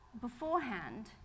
beforehand